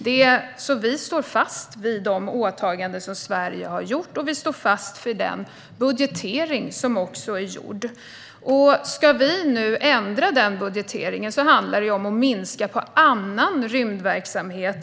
Vi står alltså fast vid de åtaganden Sverige har gjort, och vi står fast vid den budgetering som är gjord. Ska vi nu ändra budgeteringen handlar det ju om att minska annan rymdverksamhet.